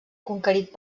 conquerit